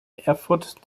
erfurt